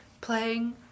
Playing